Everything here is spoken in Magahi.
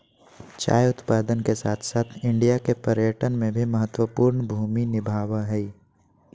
चाय उत्पादन के साथ साथ इंडिया के पर्यटन में भी महत्वपूर्ण भूमि निभाबय हइ